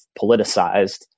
politicized